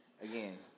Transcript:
again